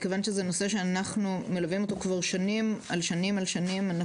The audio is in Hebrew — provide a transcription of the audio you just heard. מכיוון שזה נושא שאנחנו מלווים אותו כבר שנים על שנים על שנים.